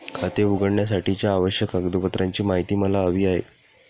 खाते उघडण्यासाठीच्या आवश्यक कागदपत्रांची माहिती मला हवी आहे